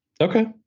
Okay